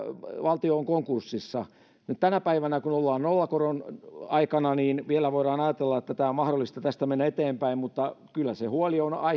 valtio on konkurssissa nyt tänä päivänä nollakoron aikana vielä voidaan ajatella että on mahdollista tästä mennä eteenpäin mutta kyllä se huoli on